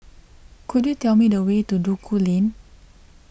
could you tell me the way to Duku Lane